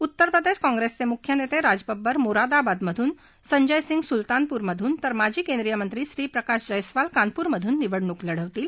उत्तस्प्रदेश काँग्रेसचे मुख्य नेते राज बब्बर मोरादाबादमधून संजच सिंग सूलतानपूरमधून तर माजी केंद्रीय मंत्री श्रीप्रकाश जैस्वाल कानपूरमधून निवडणूक लढवतील